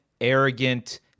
arrogant